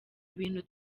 ibintu